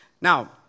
Now